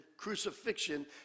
crucifixion